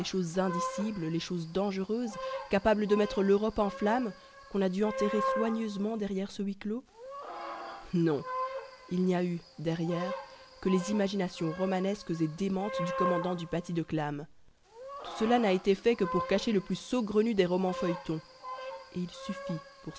indicibles les choses dangereuses capables de mettre l'europe en flammes qu'on a dû enterrer soigneusement derrière ce huis clos non il n'y a eu derrière que les imaginations romanesques et démentes du commandant du paty de clam tout cela n'a été fait que pour cacher le plus saugrenu des romans feuilletons et il suffit pour